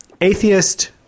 Atheist